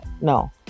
no